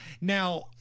now